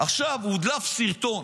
עכשיו הודלף סרטון,